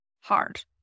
hard